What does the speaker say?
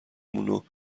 مونو